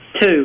two